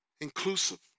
inclusive